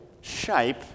shape